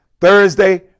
Thursday